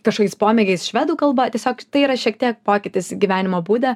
kažkokiais pomėgiais švedų kalba tiesiog tai yra šiek tiek pokytis gyvenimo būde